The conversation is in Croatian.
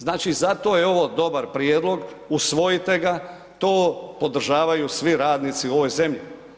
Znači zato je ovo dobar prijedlog, usvojite ga, to podržavaju svi radnici u ovoj zemlji.